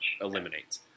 eliminates